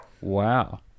Wow